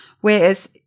Whereas